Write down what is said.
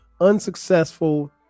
unsuccessful